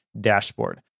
dashboard